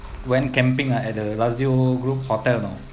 went camping ah at the lazio group hotel you know